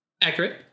Accurate